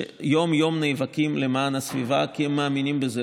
שיום-יום נאבקים למען הסביבה כי הם מאמינים בזה,